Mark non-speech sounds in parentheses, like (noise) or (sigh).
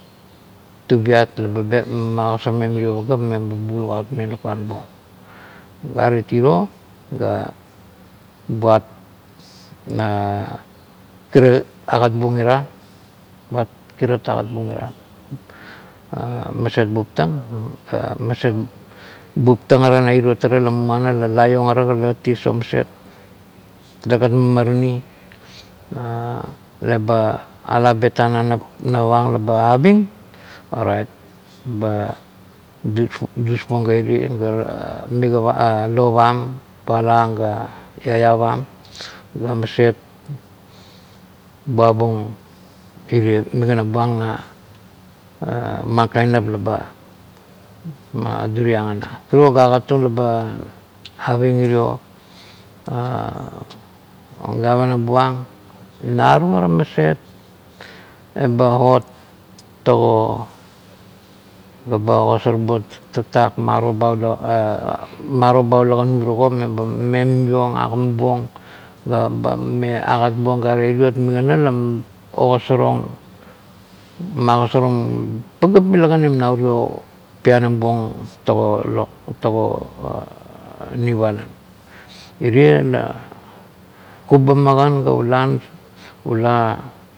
Tubiat leba betment, magosamang mirio pagap be ba bulukaut meng lakuan buong. Gare tivo ga buot (hesitation) kirat agatbuong ira a maset buptang ga maset buptang na irio tara moana la lai ong ara ga tale kan ties ong maset, telegat momarani a la ba ala betang na nap la ba aving? Orait ba dusbuong ga mikap, lopam, kuala ang ga iaiapan ga maset buabung irie migama buang na mankind nap laba eliriang ana. Turuo la agattung ia ba aving irio gavana buang narung maset eba ot tago ga ba ogosaibuang tatak maro be ula kanu tago me ba mame imimi uong, ga ogama buang ga gat buang gare, iriot migana la magosarong pagap mila kanim na urio pianam buong tara new ireland. Irie la kabana kan ga ula.